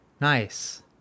nice